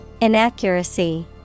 Inaccuracy